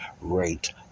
rate